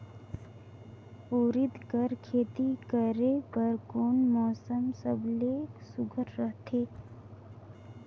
उरीद कर खेती करे बर कोन मौसम सबले सुघ्घर रहथे?